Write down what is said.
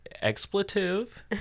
expletive